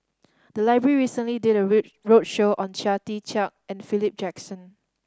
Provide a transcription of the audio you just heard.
the library recently did a roadshow on Chia Tee Chiak and Philip Jackson